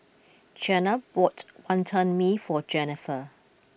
Chyna bought Wantan Mee for Jenifer